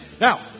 Now